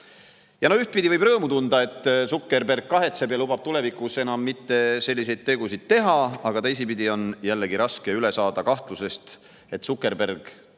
Delfi. Ühtpidi võib rõõmu tunda, et Zuckerberg kahetseb ja lubab tulevikus enam mitte selliseid tegusid teha, aga teisipidi on jällegi raske üle saada kahtlusest, et Zuckerberg